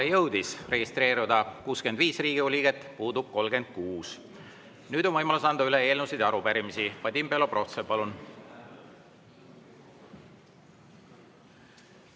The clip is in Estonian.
jõudis registreeruda 65 Riigikogu liiget, puudub 36. Nüüd on võimalus anda üle eelnõusid ja arupärimisi. Vadim Belobrovtsev, palun!